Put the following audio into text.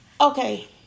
Okay